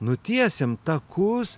nutiesim takus